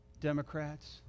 Democrats